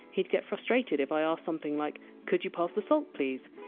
he'd get frustrated if i asked something like could you pass the salt, please?